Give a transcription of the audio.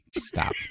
Stop